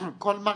כל מה